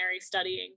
studying